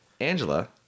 angela